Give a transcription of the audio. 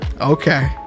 okay